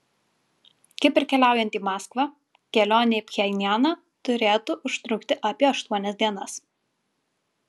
kaip ir keliaujant į maskvą kelionė į pchenjaną turėtų užtrukti apie aštuonias dienas